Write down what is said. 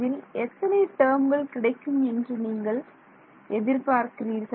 இதில் எத்தனை டேர்ம்கள் கிடைக்கும் என்று நீங்கள் எதிர்பார்க்கிறீர்கள்